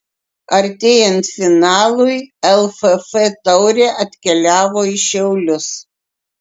artėjant finalui lff taurė atkeliavo į šiaulius